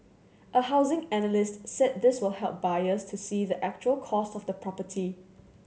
a housing analyst said this will help buyers to see the actual cost of the property